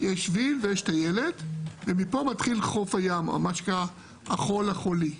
יש שביל ויש טיילת ומפה מתחיל חוף הים החול החולי.